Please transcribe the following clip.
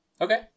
Okay